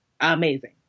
amazing